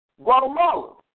Guatemala